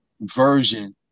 version